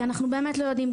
כי אנחנו באמת לא יודעים,